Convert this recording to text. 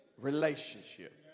relationship